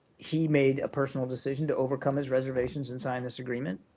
he made a personal decision to overcome his reservations and sign this agreement.